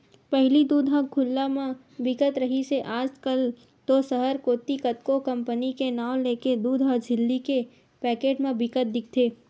पहिली दूद ह खुल्ला म बिकत रिहिस हे आज कल तो सहर कोती कतको कंपनी के नांव लेके दूद ह झिल्ली के पैकेट म बिकत दिखथे